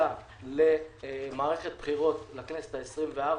נכנסה למערכת בחירות לכנסת ה-24.